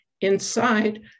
Inside